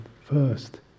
first